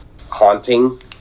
haunting